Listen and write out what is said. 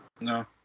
No